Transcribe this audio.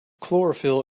chlorophyll